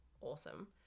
awesome